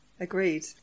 Agreed